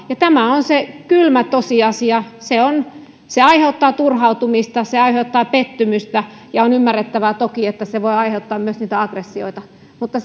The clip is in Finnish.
ja tämä on se kylmä tosiasia se aiheuttaa turhautumista se aiheuttaa pettymystä ja on toki ymmärrettävää että se voi aiheuttaa myös niitä aggressioita mutta